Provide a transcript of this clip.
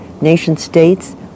nation-states